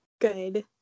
Good